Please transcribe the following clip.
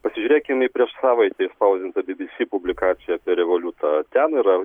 pasižiūrėkim į prieš savaitę išspausdintą bbc publikaciją apie revoliutą ten yra